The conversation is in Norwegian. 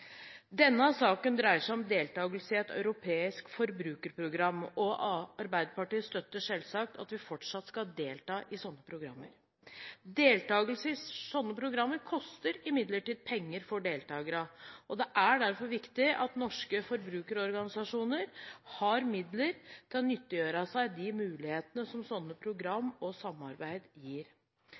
Denne saken dreier seg om deltakelse i et europeisk forbrukerprogram, og Arbeiderpartiet støtter selvsagt at vi fortsatt skal delta i sånne programmer. Deltakelse i sånne programmer koster imidlertid penger for deltakerne. Det er derfor viktig at norske forbrukerorganisasjoner har midler til å nyttiggjøre seg de mulighetene som sånne program og samarbeid gir.